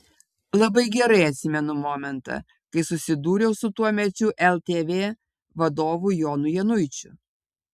labai gerai atsimenu momentą kai susidūriau su tuomečiu ltv vadovu jonu januičiu